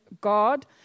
God